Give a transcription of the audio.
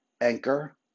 anchor